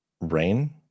rain